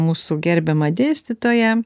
mūsų gerbiamą dėstytoją